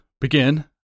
begin